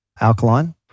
alkaline